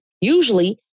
Usually